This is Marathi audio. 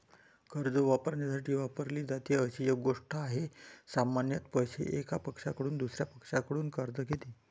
कर्ज वापरण्यासाठी वापरली जाते अशी एक गोष्ट आहे, सामान्यत पैसे, एका पक्षाकडून दुसर्या पक्षाकडून कर्ज घेते